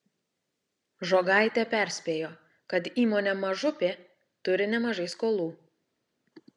žogaitė perspėjo kad įmonė mažupė turi nemažai skolų